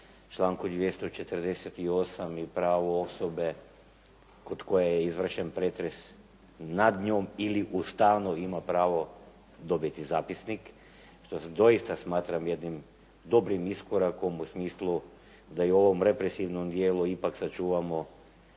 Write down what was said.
članku 248. i pravu osobe kod koje je i izvršen pretres nad njom ili u stanu ima pravo dobiti zapisnik što doista smatram jednim dobrim iskorakom u smislu da i u ovom represivnom dijelu ipak sačuvamo